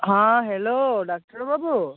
ᱦᱟᱸ hello doctor ᱵᱟᱵᱩ